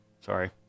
sorry